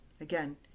Again